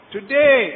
Today